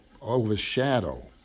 overshadow